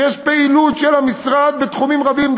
שיש פעילות של המשרד בתחומים רבים,